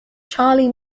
charlie